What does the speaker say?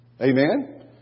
Amen